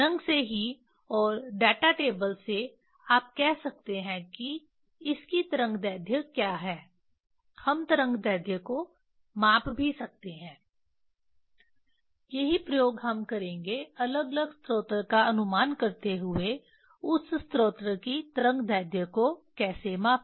रंग से ही और डेटा टेबल से आप कह सकते हैं कि इस की तरंगदैर्ध्य क्या है हम तरंगदैर्ध्य को माप भी सकते हैं यही प्रयोग हम करेंगे अलग अलग स्रोत का उपयोग करते हुए उस स्रोत की तरंगदैर्ध्य को कैसे मापें